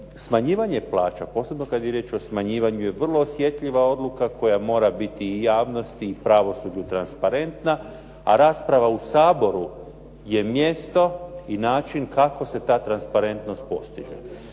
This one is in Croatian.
smanjivanje plaća posebno kad je riječ o smanjivanju je vrlo osjetljiva odluka koja mora biti i javnosti i pravosuđu transparentna. A rasprava u Saboru je mjesto i način kako se ta transparentnost postiže.